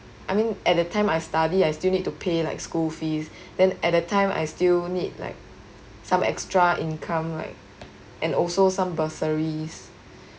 I mean at that time I study I still need to pay like school fees then at that time I still need like some extra income right and also some bursaries